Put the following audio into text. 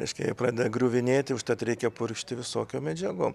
reiškia jie pradeda griuvinėti užtat reikia purkšti visokiom medžiagom